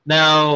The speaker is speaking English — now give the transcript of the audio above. Now